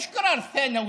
לא מדובר בהחלטה שולית,